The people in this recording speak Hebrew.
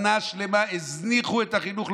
שנה שלמה הזניחו את החינוך,